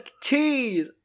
cheese